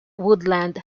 woodland